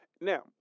Now